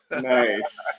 Nice